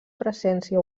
presència